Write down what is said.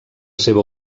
seva